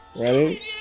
Ready